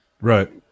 Right